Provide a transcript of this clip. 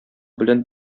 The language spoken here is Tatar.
белән